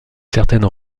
certaine